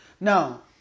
Now